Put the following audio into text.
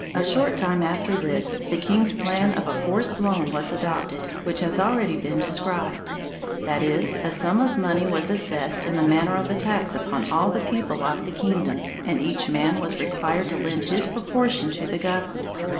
a short time after this, the king's plan of a forced loan was adopted, which has already been described that is, a sum of money was assessed in the manner of a tax upon all the people of the kingdom, and each man was required to lend his proportion to the government.